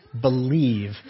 believe